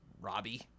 Robbie